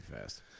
fast